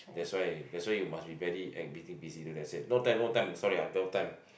that's why eh that's why you must be very acting busy then said no time no time sorry I have no time